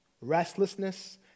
Restlessness